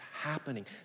happening